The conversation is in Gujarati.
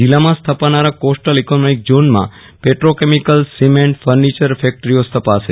જિલ્લામાં સ્થાપનારા કોસ્ટલ ઈકોનોમીક ઝોનમાં પેટ્રો કેમીકલ સિમેન્ટ ફર્નિચર ફેકટરીઓ સ્થપાશે